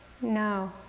no